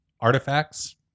artifacts